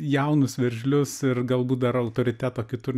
jaunus veržlius ir galbūt dar autoriteto kitur